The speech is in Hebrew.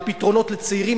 לפתרונות לצעירים,